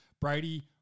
Brady